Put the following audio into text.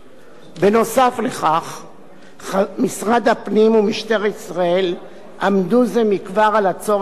משרד הפנים ומשטרת ישראל עמדו זה מכבר על הצורך בהסכמת משרד הפנים,